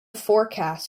forecast